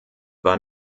war